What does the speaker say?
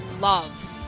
love